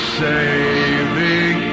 saving